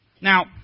Now